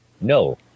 No